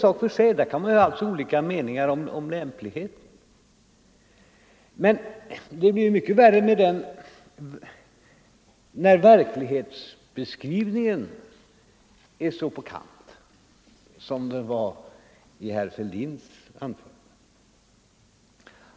Man kan alltså ha olika meningar om lämpligheten därav, men det blir mycket värre när verklighetsbeskrivningen står så på kant som den gjorde i herr Fälldins anförande.